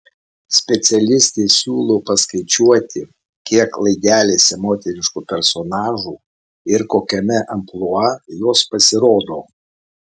specialistė siūlo paskaičiuoti kiek laidelėse moteriškų personažų ir kokiame amplua jos pasirodo